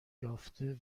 یافته